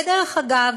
ודרך אגב,